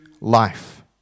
life